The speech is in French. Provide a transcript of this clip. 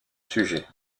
sujet